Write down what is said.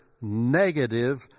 negative